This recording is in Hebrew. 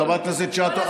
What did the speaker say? חברת הכנסת שטה,